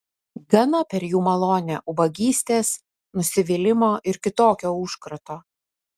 gana per jų malonę ubagystės nusivylimo ir kitokio užkrato